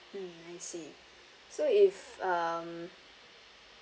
mm I see so if um